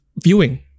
viewing